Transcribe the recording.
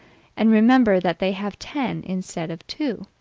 and remember that they have ten instead of two.